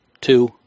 two